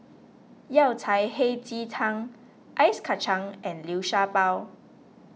Yao Cai Hei Ji Tang Ice Kacang and Liu Sha Bao